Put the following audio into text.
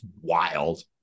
wild